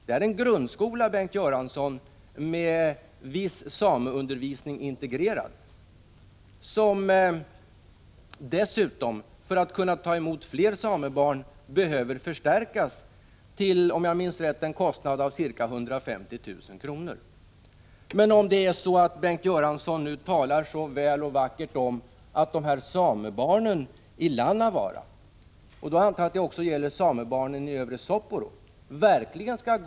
Det är en grundskola med viss sameundervisning integrerad och som dessutom för att kunna ta emot fler samebarn behöver förstärkas — om jag minns rätt — till en kostnad av ca 150 000 kr. Bengt Göransson talar nu så väl och vackert om att samebarnen i Lannavaara — och då antar jag att det också gäller samebarnen i Övre Soppero — måste gå i en sameskola.